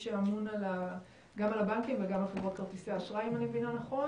שאמון גם על הבנקים וגם על חברות כרטיסי אשראי אם אני מבינה נכון